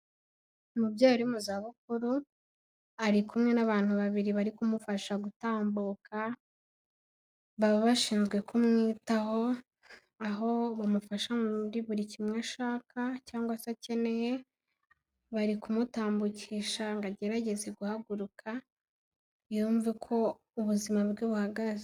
Umubyeyi uri mu za bukuru ari kumwe n'abantu babiri bari kumufasha gutambuka, baba bashinzwe kumwitaho, aho bamufasha muri kimwe ashaka cyangwa se akeneye, bari kumutambugisha ngo agerageze guhaguruka, yumve uko ubuzima bwe buhagaze.